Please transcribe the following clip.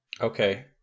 Okay